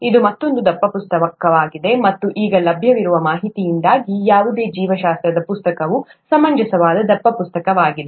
ಇದು ಮತ್ತೊಂದು ದಪ್ಪ ಪುಸ್ತಕವಾಗಿದೆ ಮತ್ತು ಈಗ ಲಭ್ಯವಿರುವ ಮಾಹಿತಿಯಿಂದಾಗಿ ಯಾವುದೇ ಜೀವಶಾಸ್ತ್ರದ ಪುಸ್ತಕವು ಸಮಂಜಸವಾದ ದಪ್ಪ ಪುಸ್ತಕವಾಗಿದೆ